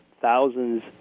thousands